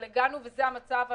אבל הגענו וזה המצב הנתון.